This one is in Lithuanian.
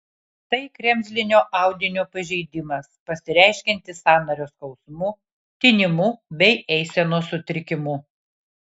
tai kremzlinio audinio pažeidimas pasireiškiantis sąnario skausmu tinimu bei eisenos sutrikimu